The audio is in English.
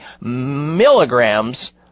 milligrams